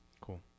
Cool